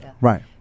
Right